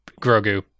Grogu